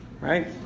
Right